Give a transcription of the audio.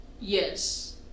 Yes